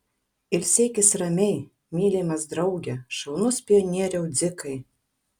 ilsėkis ramiai mylimas drauge šaunus pionieriau dzikai